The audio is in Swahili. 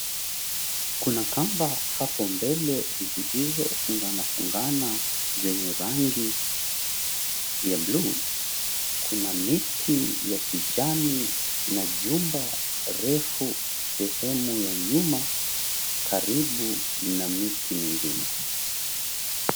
Kuna kamba hapo mbele zilizofunganafungana zenye rangi ya bluu. Kuna miti ya kijani na jumba refu sehemu ya nyuma karibu na miti mingine.